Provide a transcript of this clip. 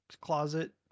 closet